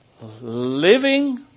living